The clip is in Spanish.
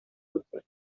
fútbol